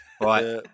Right